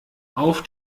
auf